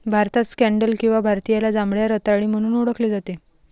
भारतात स्कँडल किंवा भारतीयाला जांभळ्या रताळी म्हणून ओळखले जाते